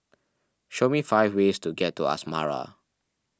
show me five ways to get to Asmara